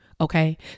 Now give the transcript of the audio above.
Okay